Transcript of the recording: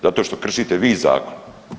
Zato što kršite vi zakon.